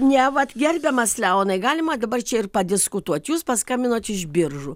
ne vat gerbiamas leonai galima dabar čia ir padiskutuot jūs paskambinot iš biržų